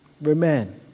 remain